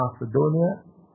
Macedonia